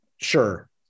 Sure